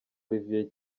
olivier